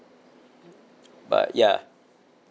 but ya